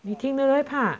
你听了会怕